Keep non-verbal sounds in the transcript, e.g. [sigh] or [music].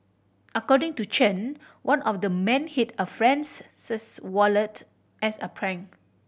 according to Chen one of the men hid a friend's [unintelligible] wallet as a prank